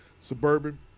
suburban